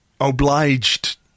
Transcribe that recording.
obliged